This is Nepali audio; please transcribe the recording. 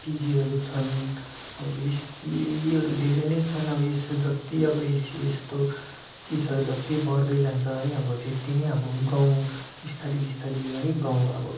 पिजीहरू छन् अबो यस्ती योहरू धेरै नै छन् अब यसो जति अबो यस यस्तो चिजहरू जति बढ्दै जान्छ है अब त्यति नै अब गाउँ बिस्तारी बिस्तारी है गाउँ अब